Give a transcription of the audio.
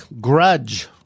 Grudge